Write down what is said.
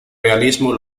realismo